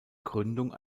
gründung